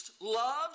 loved